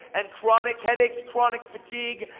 and chronic headaches, chronic fatigue,